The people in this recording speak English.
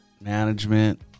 management